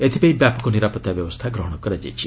ଏଥିପାଇଁ ବ୍ୟାପକ ନିରାପତ୍ତା ବ୍ୟବସ୍ଥା ଗ୍ରହଣ କରାଯାଇଛି